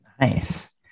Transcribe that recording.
Nice